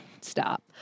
stop